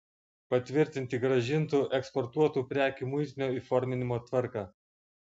patvirtinti grąžintų eksportuotų prekių muitinio įforminimo tvarką